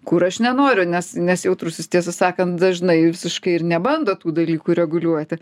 kur aš nenoriu nes nes jautrusis tiesą sakant dažnai visiškai ir nebando tų dalykų reguliuoti